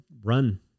run